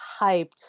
hyped